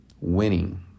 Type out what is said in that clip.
winning